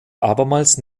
abermals